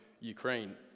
Ukraine